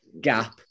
Gap